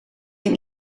een